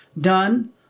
done